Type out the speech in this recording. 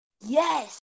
Yes